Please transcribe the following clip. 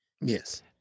Yes